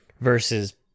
versus